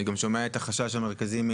אני גם שומע מאנשי הרשות את החשש המרכזי והם